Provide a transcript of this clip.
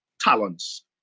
talents